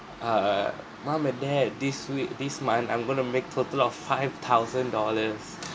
err mom and dad this week this month I'm going to make total of five thousand dollars